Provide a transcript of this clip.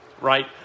right